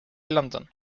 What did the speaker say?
london